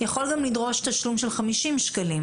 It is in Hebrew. יכול גם לדרוש תשלום של 50 ש"ח.